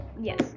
Yes